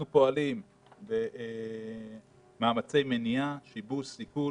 אנחנו פועלים במאמצי מניעה, שיבוש וסיכול